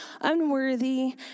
unworthy